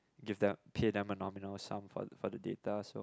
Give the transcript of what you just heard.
give them pay them a nominal sum for for the data so